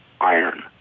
iron